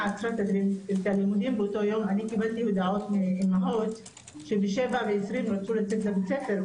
אני קיבלתי הודעות מאימהות שבשעה 07:20 רצו לצאת לבית-הספר,